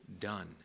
done